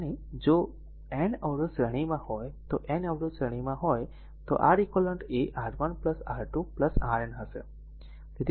હવે જો r n અવરોધ શ્રેણીમાં હોય તો r n અવરોધ શ્રેણીમાં હોય તો R eq એ R1 R2 Rn હશે